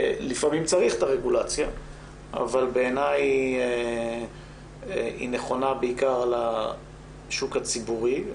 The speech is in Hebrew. לפעמים צריך את הרגולציה אבל בעיניי היא נכונה בעיקר לשוק הציבורי,